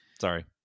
Sorry